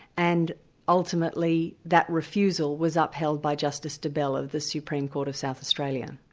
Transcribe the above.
and ultimately that refusal was upheld by justice debelle, of the supreme court of south australia.